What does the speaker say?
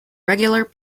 regular